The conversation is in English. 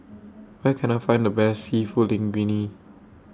Where Can I Find The Best Seafood Linguine